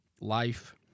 life